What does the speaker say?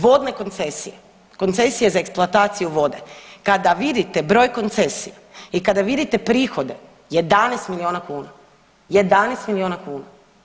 Vodne koncesije, koncesije za eksploataciju vode, kada vidite broj koncesija, i kada vidite prihode, 11 milijuna kuna, 11 milijuna kuna.